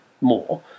more